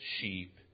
sheep